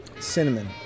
cinnamon